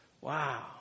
Wow